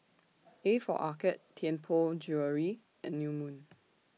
A For Arcade Tianpo Jewellery and New Moon